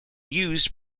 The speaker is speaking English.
used